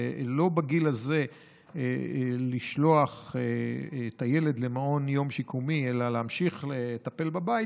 לא לשלוח בגיל הזה את הילד למעון יום שיקומי אלא להמשיך לטפל בבית,